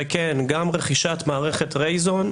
וכן גם רכישת מערכת רייזון,